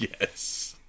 Yes